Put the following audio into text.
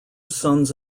sons